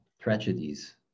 tragedies